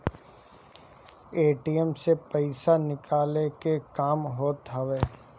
ATM से पईसा निकाले के काम होत हवे